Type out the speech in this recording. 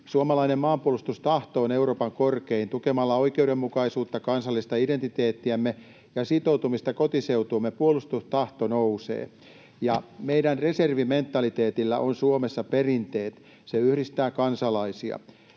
Suomalainen maanpuolustustahto on Euroopan korkein. Tukemalla oikeudenmukaisuutta, kansallista identiteettiämme ja sitoutumista kotiseutuumme puolustustahto nousee. Meidän reservimentaliteetilla on Suomessa perinteet. Se yhdistää kansalaisia.